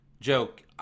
joke